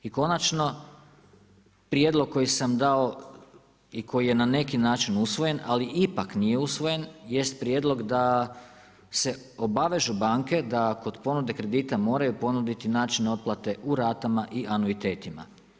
I konačno, prijedlog koji sam dao i koji je na neki način usvojen, ali ipak nije usvojen jest prijedlog da se obavežu banke da kod ponude kredita moraju ponuditi način otplate u ratama i anuitetima.